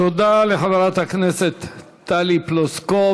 תודה לחברת הכנסת טלי פלוסקוב.